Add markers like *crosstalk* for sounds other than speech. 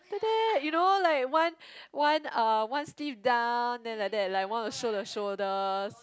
*noise* you know like one one uh one sleeve down then like that like want to show the shoulders